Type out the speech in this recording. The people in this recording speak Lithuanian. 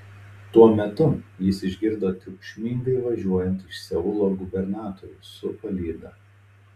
tuo metu jis išgirdo triukšmingai važiuojant iš seulo gubernatorių su palyda